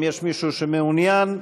אם מישהו מעוניין לדבר,